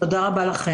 תודה רבה יולי.